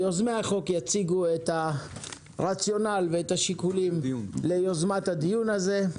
יוזמי החוק יציגו את הרציונל והשיקולים ליוזמת הדיון הזה.